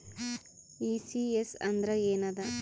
ECS ಅಂದ್ರ ಏನದ?